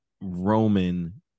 Roman